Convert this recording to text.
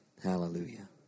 Hallelujah